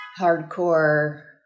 hardcore